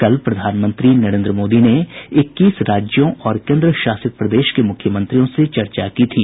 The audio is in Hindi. कल प्रधानमंत्री नरेंद्र मोदी ने इक्कीस राज्यों और केन्द्र शासित प्रदेश के मुख्यमंत्रियों से चर्चा की थी